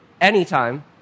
anytime